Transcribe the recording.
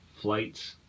flights